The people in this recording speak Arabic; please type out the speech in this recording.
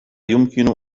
يمكن